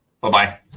Bye-bye